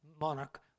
monarch